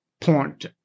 point